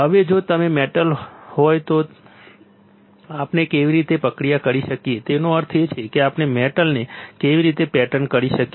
હવે જો કોઈ મેટલ હોય તો આપણે કેવી રીતે પ્રક્રિયા કરી શકીએ તેનો અર્થ એ છે કે આપણે મેટલને કેવી રીતે પેટર્ન કરી શકીએ